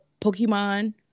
Pokemon